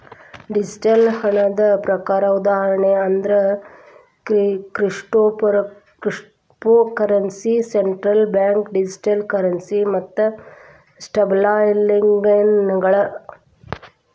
digital ಹಣದ ಪ್ರಕಾರ ಉದಾಹರಣಿ ಅಂದ್ರ cryptocurrency, central bank digital currency ಮತ್ತ ಸ್ಟೇಬಲ್ಕಾಯಿನ್ಗಳ